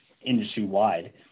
industry-wide